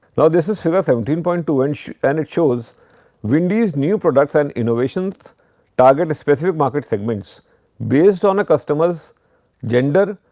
ah this is figure seventeen point two, and and it shows wendy's new products and innovations target specific market segments based on a customers gender,